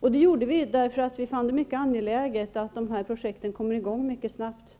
Det gjorde vi därför att vi fann det mycket angeläget att dessa projekt kommer i gång mycket snabbt.